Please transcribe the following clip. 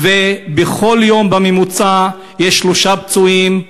בכל יום יש בממוצע שלושה פצועים.